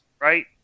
right